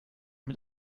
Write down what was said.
mit